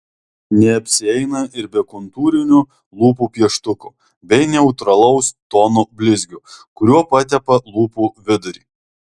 neapsieina ir be kontūrinio lūpų pieštuko bei neutralaus tono blizgio kuriuo patepa lūpų vidurį